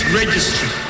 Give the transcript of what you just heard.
registry